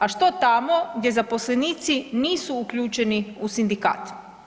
A što tamo gdje zaposlenici nisu uključeni u sindikat?